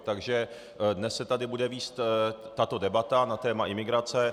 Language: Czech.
Takže dnes se tady bude vést tato debata na téma imigrace.